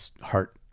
heart